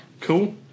Cool